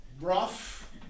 rough